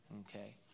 Okay